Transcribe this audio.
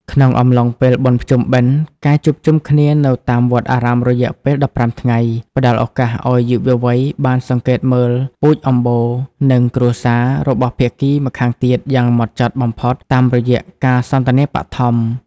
ក្នុងកំឡុងពេលបុណ្យភ្ជុំបិណ្ឌ ការជួបជុំគ្នានៅតាមវត្តអារាមរយៈពេល ១៥ ថ្ងៃ ផ្ដល់ឱកាសឱ្យយុវវ័យបានសង្កេតមើល "ពូជអម្បូរ" និង "គ្រួសារ" របស់ភាគីម្ខាងទៀតយ៉ាងហ្មត់ចត់បំផុតតាមរយៈការសន្ទនាបឋម។